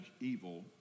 evil